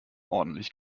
ordentlich